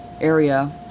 area